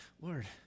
Lord